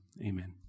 Amen